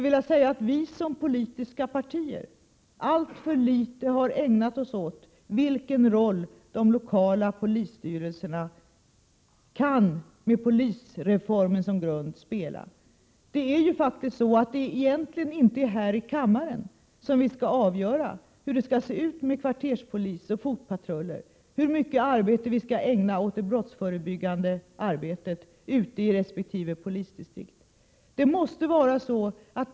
Vi har som politiska partier alltför litet ägnat oss åt frågan vilken roll de lokala polisstyrelserna med polisreformen som grund kan spela. Det är faktiskt egentligen inte här i kammaren som vi skall avgöra hur det skall se ut med kvarterspolis, fotpatrullering osv., hur mycket tid som skall ägnas åt det brottsförebyggande arbetet ute i resp. polisdistrikt.